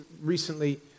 recently